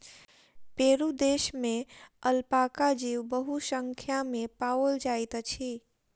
Peru देश में alpaca जीव बहुसंख्या में पाओल जाइत अछि